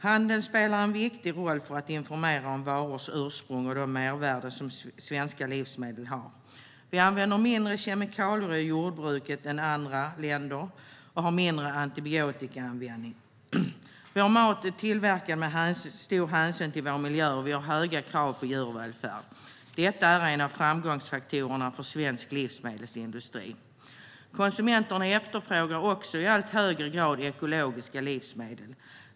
Handeln spelar en viktig roll för att informera om varors ursprung och de mervärden som svenska livsmedel har. Sverige använder mindre kemikalier i jordbruket än andra länder och har mindre antibiotikaanvändning. Vår mat är tillverkad med stor hänsyn till vår miljö, och vi har höga krav på djurvälfärd. Detta är en av framgångsfaktorerna för svensk livsmedelsindustri. Konsumenterna efterfrågar också i allt högre grad ekologiska livsmedel.